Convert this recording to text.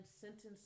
sentenced